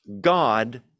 God